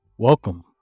Welcome